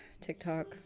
TikTok